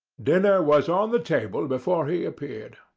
dinner was on the table before he appeared.